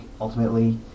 ultimately